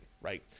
right